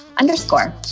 underscore